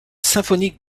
symphonique